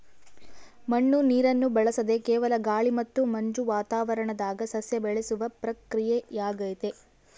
ಮಣ್ಣು ನೀರನ್ನು ಬಳಸದೆ ಕೇವಲ ಗಾಳಿ ಮತ್ತು ಮಂಜು ವಾತಾವರಣದಾಗ ಸಸ್ಯ ಬೆಳೆಸುವ ಪ್ರಕ್ರಿಯೆಯಾಗೆತೆ